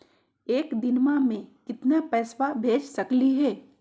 एक दिनवा मे केतना पैसवा भेज सकली हे?